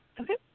Okay